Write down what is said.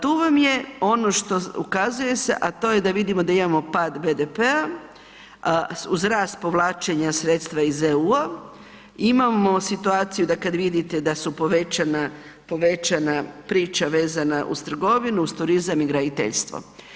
Tu vam je ono na što se ukazuje, a to je da vidimo da imamo pad BDP-a uz rast povlačenja sredstva iz EU-a, imamo situaciju kada vidite da su povećana priča vezana uz trgovinu, turizma i graditeljstvo.